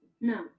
No